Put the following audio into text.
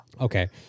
Okay